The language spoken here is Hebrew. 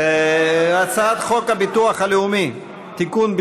הצעת חוק הביטוח הלאומי (תיקון,